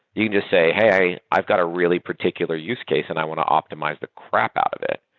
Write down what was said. you can just say, hey, i've got a really particular use case and i want to optimize the crap out of it.